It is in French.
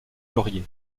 laurier